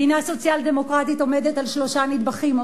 מדינה סוציאל-דמוקרטית עומדת על שלושה נדבכים או